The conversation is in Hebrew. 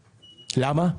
למה?